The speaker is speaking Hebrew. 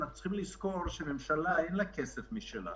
אנחנו צריכים לזכור שלממשלה אין כסף משלה,